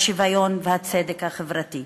השוויון והצדק החברתי.